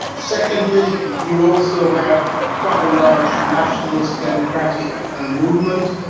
and secondly you also had quite a large nationalist democratic movement.